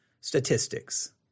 statistics